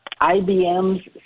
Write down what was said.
IBM's